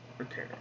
Okay